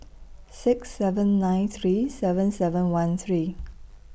six seven nine three seven seven one three